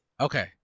Okay